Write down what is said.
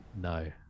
no